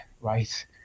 right